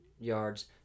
yards